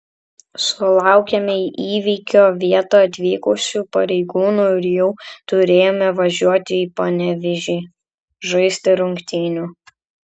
sulaukėme į įvykio vietą atvykusių pareigūnų ir jau turėjome važiuoti į panevėžį žaisti rungtynių